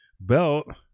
belt